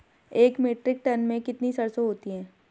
एक metric tonne में कितनी सरसों होती है?